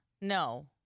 No